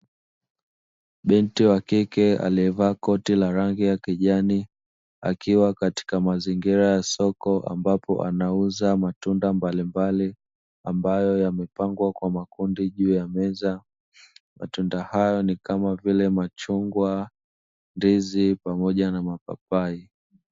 Binti wa kike aliyevaa koti la rangi ya kijani akiwa katika mazingira ya soko ambapo anauza matunda mbalimbali, ambapo yamepangwa kwa makundi juu ya meza. Matunda hayo ni kama vile machungwa, ndizi pamoja na mapapai.